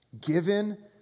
Given